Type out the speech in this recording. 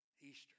Easter